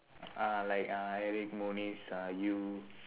uh like uh eric munice uh you